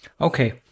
Okay